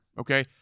okay